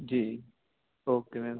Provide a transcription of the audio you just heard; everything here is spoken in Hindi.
ji okay ma'am